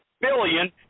billion